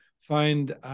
find